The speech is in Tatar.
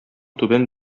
түбән